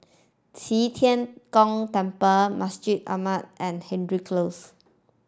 Qi Tian Gong Temple Masjid Ahmad and Hendry Close